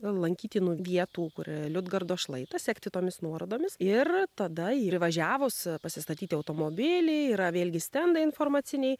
lankytinų vietų kur yra liudgardo šlaitas sekti tomis nuorodomis ir tada ir įvažiavus pasistatyti automobilį yra vėlgi stendai informaciniai